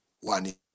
One